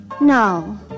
No